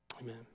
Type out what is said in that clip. Amen